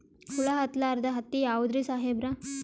ಹುಳ ಹತ್ತಲಾರ್ದ ಹತ್ತಿ ಯಾವುದ್ರಿ ಸಾಹೇಬರ?